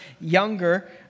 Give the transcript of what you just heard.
younger